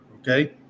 Okay